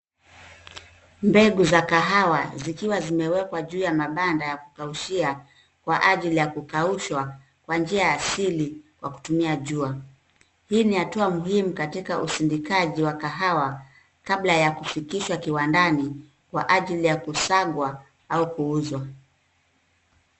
Mbegu za kahawa zikiwa zimewekwa juu ya mabanda ya kukaushia kwa ajili ya kukaushwa kwa njia ya asili kwa kutumia jua, hii ni hatua muhimu katika usindikaji wa kahawa kabla ya kufikishwa kiwandani kwa ajili ya kusagwa au kuuzwa.